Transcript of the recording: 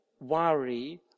worry